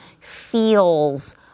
feels